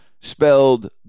spelled